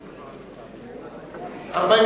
לדיון מוקדם בוועדת החוקה, חוק ומשפט נתקבלה.